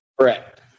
Correct